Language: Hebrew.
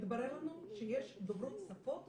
התברר לנו שיש עובדות סוציאליות דוברות שפות